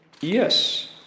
Yes